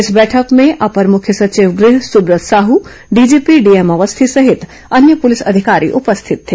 इस बैठक में अपर मुख्य सचिव गृह सुब्रत साहू डीजीपी डीएम अवस्थी सहित अन्य पुलिस अधिकारी उपस्थित थे